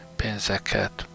pénzeket